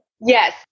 yes